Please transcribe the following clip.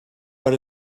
but